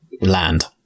land